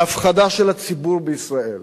להפחדה של הציבור בישראל?